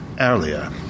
earlier